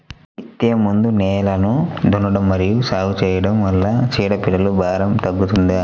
విత్తే ముందు నేలను దున్నడం మరియు సాగు చేయడం వల్ల చీడపీడల భారం తగ్గుతుందా?